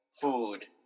food